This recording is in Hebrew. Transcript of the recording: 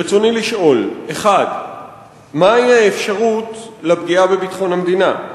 רצוני לשאול: 1. מה היא האפשרות לפגיעה בביטחון המדינה?